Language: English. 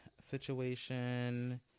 situation